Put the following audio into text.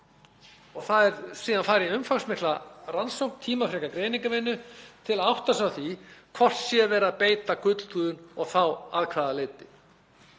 er. Það er síðan farið í umfangsmikla rannsókn, tímafreka greiningarvinnu til að átta sig á því hvort verið sé að beita gullhúðun og þá að hvaða leyti.